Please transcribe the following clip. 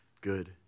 good